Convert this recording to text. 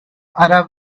arab